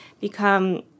become